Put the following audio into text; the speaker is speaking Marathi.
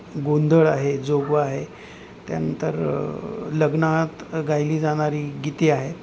गोंधळ आहे जोगवा आहे त्यानंतर लग्नात गायली जाणारी गीते आहे